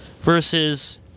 versus